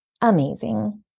amazing